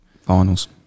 Finals